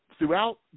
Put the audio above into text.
Throughout